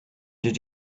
did